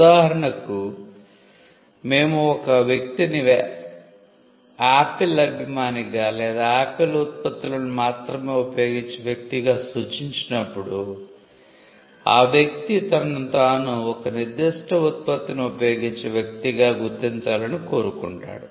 ఉదాహరణకు మేము ఒక వ్యక్తిని ఆపిల్ అభిమానిగా లేదా ఆపిల్ ఉత్పత్తులను మాత్రమే ఉపయోగించే వ్యక్తిగా సూచించినప్పుడు ఆ వ్యక్తి తనను తాను ఒక నిర్దిష్ట ఉత్పత్తిని ఉపయోగించే వ్యక్తిగా గుర్తించాలని కోరుకుంటాడు